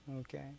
Okay